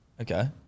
Okay